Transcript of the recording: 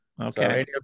Okay